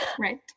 Right